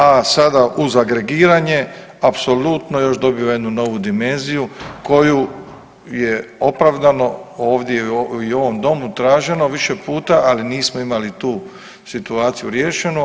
A sada uz agregiranje apsolutno još dobiva jednu novu dimenziju koju je opravdano ovdje i u ovom domu traženo više puta, ali nismo imali tu situaciju riješenu.